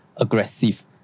Aggressive